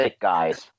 Guys